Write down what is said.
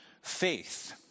faith